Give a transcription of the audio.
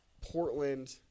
Portland